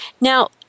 Now